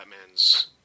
Batman's